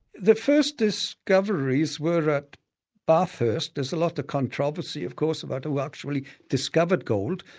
the first discoveries were at bathurst. there's a lot of controversy of course about who actually discovered gold.